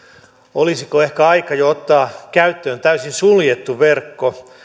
olisiko ehkä aika jo ottaa käyttöön täysin suljettu verkko